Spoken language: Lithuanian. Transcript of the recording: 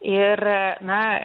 ir na